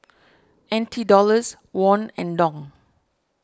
N T Dollars Won and Dong